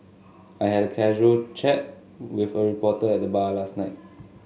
I had a casual chat with a reporter at the bar last night